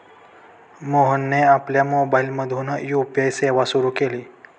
मोहनने आपल्या मोबाइलमधून यू.पी.आय सेवा सुरू केली